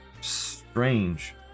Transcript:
Strange